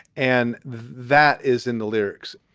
and that is in the lyrics.